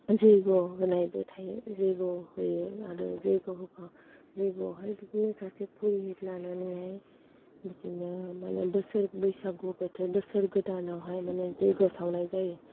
जैग' होनायबो थायो जैग' होयो आरो जैग' होखांनानै जैग' आवहाय बिदिनो सासे पुरहित लानानैहाय बिदिनो माने बोसोर बैसागु बोथोर बोसोर गोदानावहाय माने जैग' सावनाय जायो